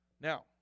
Now